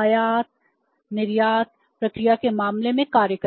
आयात निर्यात प्रक्रिया के मामले में कार्य करेगा